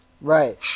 Right